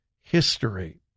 history